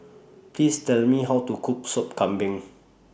Please Tell Me How to Cook Sup Kambing